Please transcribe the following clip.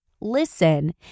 listen